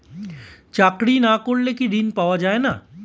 চাকরি না করলে কি ঋণ পাওয়া যায় না?